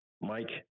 Mike